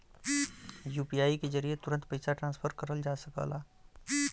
UPI के जरिये तुरंत पइसा ट्रांसफर करल जा सकला